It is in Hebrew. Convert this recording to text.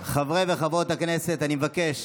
חברי וחברות הכנסת, אני מבקש